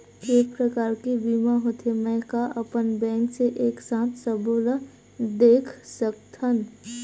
के प्रकार के बीमा होथे मै का अपन बैंक से एक साथ सबो ला देख सकथन?